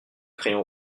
crayon